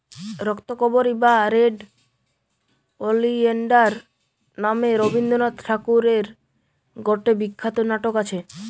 রক্তকরবী বা red oleander নামে রবীন্দ্রনাথ ঠাকুরের গটে বিখ্যাত নাটক আছে